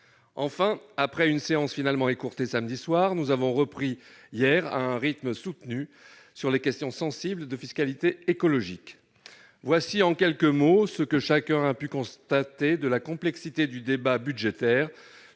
Puis, après une séance finalement écourtée samedi soir, nous avons repris hier à un rythme soutenu pour aborder les questions, sensibles, de fiscalité écologique. Se trouve ainsi résumé, en quelques mots, ce que chacun a pu constater, à savoir la complexité du débat budgétaire-